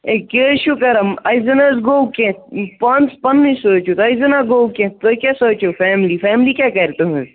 A کہِ حظ چھُو کَران اَسہِ زَن حظ گوٚو کیٚنٛہہ پانَس پنٛنُے سوٗنٛچیوٗ تۄہہِ زَن ہَہ گوٚو کیٚںٛہہ تۄہہِ کیٛاہ سونٛچِو فیملی فیملی کیٛاہ کَرِ تٕہٕنٛز